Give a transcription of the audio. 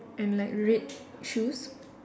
and like red shoes